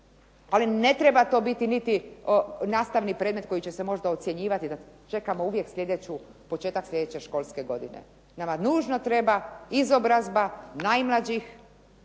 ali ne treba to biti niti nastavni predmet koji će se možda ocjenjivati, da čekamo uvijek početak sljedeće školske godine. Nama nužno treba izobrazba najmlađih